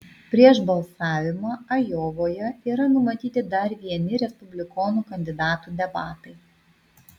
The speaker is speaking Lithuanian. prieš balsavimą ajovoje yra numatyti dar vieni respublikonų kandidatų debatai